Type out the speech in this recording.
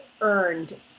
earned